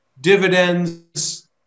dividends